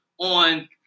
on